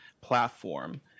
platform